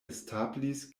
establis